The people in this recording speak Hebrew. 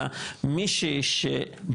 אלא מי שבוודאות,